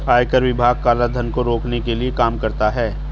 आयकर विभाग काला धन को रोकने के लिए काम करता है